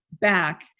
back